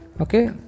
Okay